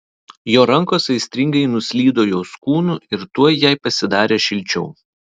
jo rankos aistringai nuslydo jos kūnu ir tuoj jai pasidarė šilčiau